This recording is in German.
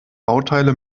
bauteile